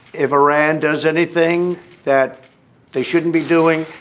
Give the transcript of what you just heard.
if iran does anything that they shouldn't be doing.